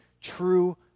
True